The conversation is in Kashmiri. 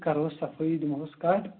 کَرہوس صفٲیی دِمہوس کَٹ